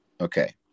okay